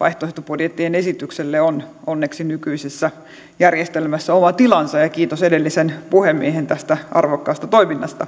vaihtoehtobudjettien esitykselle on onneksi nykyisessä järjestelmässä oma tilansa ja ja kiitos edelliselle puhemiehelle tästä arvokkaasta toiminnasta